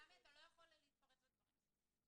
עמי, אתה לא יכול להתפרץ לדברים שלי.